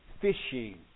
fishing